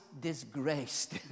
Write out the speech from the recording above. disgraced